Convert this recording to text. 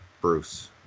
Bruce